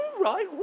right